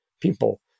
people